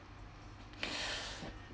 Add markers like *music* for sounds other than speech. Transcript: *noise*